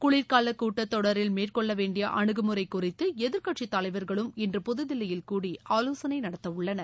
குளிர்காலக் கூட்டத் தொடரில் மேற்கொள்ள வேண்டிய அணுகுமுறை குறித்து எதிர்க்கட்சித் தலைவர்களும் இன்று புதுதில்லியில் கூடி ஆவோசனை நடத்தவுள்ளனர்